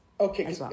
okay